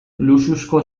luxuzko